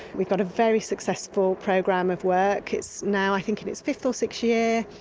we've got a very successful program of work. it's now i think in its fifth or sixth year.